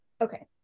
Okay